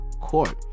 court